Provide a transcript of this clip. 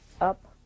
up